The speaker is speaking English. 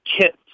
kits